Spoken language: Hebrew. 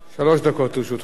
שלוש דקות לרשותך, אדוני.